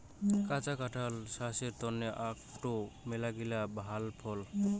কাঁচা কাঁঠাল ছাস্থের তন্ন আকটো মেলাগিলা ভাল ফল